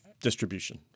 distribution